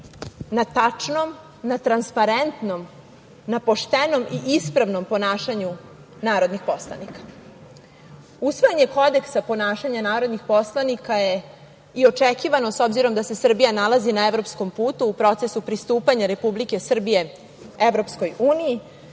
na tačnom, na transparentnom, na poštenom i ispravnom ponašanju narodnih poslanika. Usvajanje kodeksa ponašanja narodnih poslanika je i očekivano s obzirom da se Srbija nalazi na evropskom putu, u procesu pristupanja Republike Srbije EU,